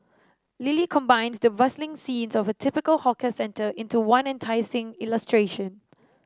Lily combines the bustling scenes of a typical hawker centre into one enticing illustration